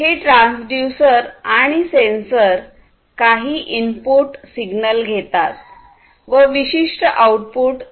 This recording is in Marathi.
हे ट्रान्सड्यूसर आणि सेंसर काही इनपुट सिग्नल घेतात व विशिष्ट आऊटपुटoutput